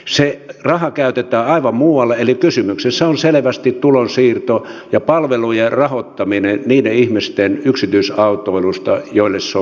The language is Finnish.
se raha käytetään aivan muualle eli kysymyksessä on selvästi tulonsiirto ja palvelujen rahoittaminen niiden ihmisten yksityisautoilusta joille se on pakollista